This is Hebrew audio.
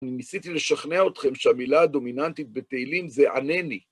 אני ניסיתי לשכנע אתכם שהמילה הדומיננטית בתהילים זה ענני.